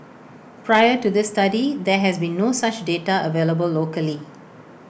prior to this study there has been no such data available locally